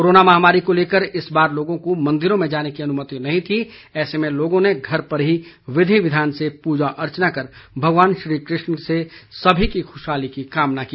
corona महामारी को लेकर इस बार लोगों को मंदिरों में जाने की अनुमति नहीं थी ऐसे में लोगों ने घर पर ही विधि विधान से पूजा अर्चना कर भगवान श्री कृष्ण से सभी की ख्शहाली की कामना की